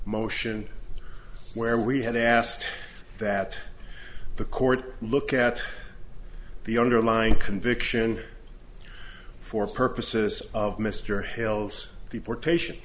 motion where we had asked that the court look at the underlying conviction for purposes of mr hale's deportation